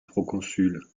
proconsul